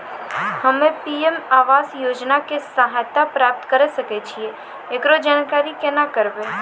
हम्मे पी.एम आवास योजना के सहायता प्राप्त करें सकय छियै, एकरो जानकारी केना करबै?